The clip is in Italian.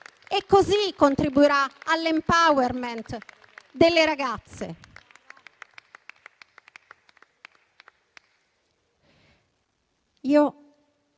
e così contribuirà all'*empowerment* delle ragazze. Mi